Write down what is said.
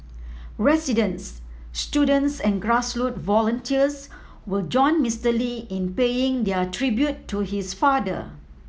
residents students and grassroots volunteers will join Mister Lee in paying their tribute to his father